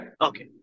Okay